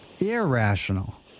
irrational